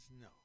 No